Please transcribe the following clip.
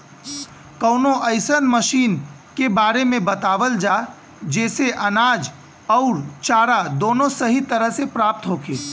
कवनो अइसन मशीन के बारे में बतावल जा जेसे अनाज अउर चारा दोनों सही तरह से प्राप्त होखे?